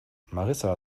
marissa